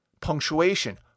punctuation